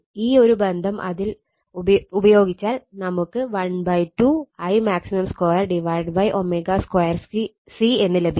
ഈ ഒരു ബന്ധം ഇതിൽ ഉപയോഗിച്ചാൽ നമുക്ക് 12 Imax 2 ω2 C എന്ന് ലഭിക്കും